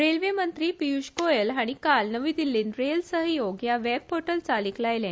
रेल्वेमंत्री पियुष गोयल हाणी काल नवी दिल्लीत रेल सहयोग हे वॅब पोर्टल चालिक लायले